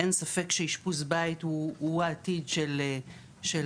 אין ספק שהאשפוז בית הוא העתיד של עומס